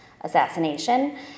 assassination